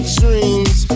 dreams